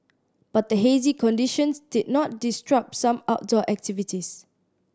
but the hazy conditions did not disrupt some outdoor activities